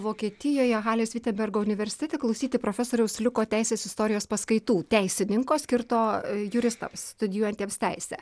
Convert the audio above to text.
vokietijoje halės vitebergo universitete klausyti profesoriaus liko teisės istorijos paskaitų teisininko skirto juristams studijuojantiems teisę